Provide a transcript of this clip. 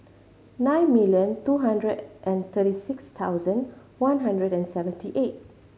nine million two hundred and thirty six thousand one hundred and seventy eight